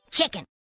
Chicken